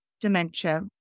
dementia